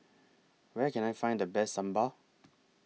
Where Can I Find The Best Sambar